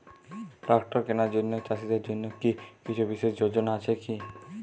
Tractor কেনার জন্য চাষীদের জন্য কী কিছু বিশেষ যোজনা আছে কি?